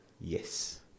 Yes